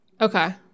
Okay